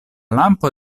lampo